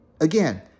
Again